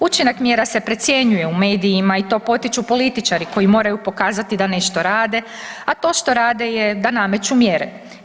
Učinak mjera se precjenjuje u medijima i to potiču političari koji moraju pokazati da nešto rade, a to što rade je da nameću mjere.